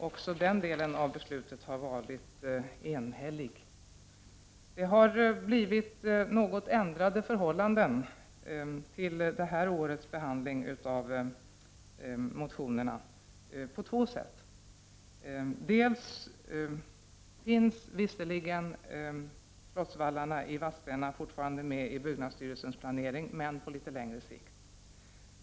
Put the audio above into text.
Också den delen av beslutet har varit enhällig. Förhållandena har ändrats inför detta års behandling av motionerna på två sätt. Slottsvallarna i Vadstena finns visserligen fortfarande med i byggnadsstyrelsens planering, men på litet längre sikt.